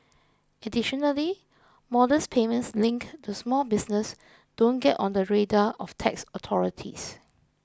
additionally modest payments linked to small business don't get on the radar of tax authorities